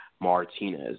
Martinez